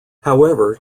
however